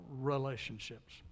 relationships